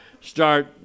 start